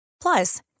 Plus